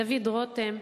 דוד רותם,